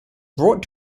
brought